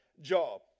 job